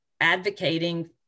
advocating